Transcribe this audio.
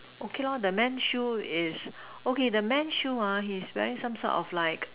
okay lor the man shoe is okay the man shoe ah his wearing some sort of like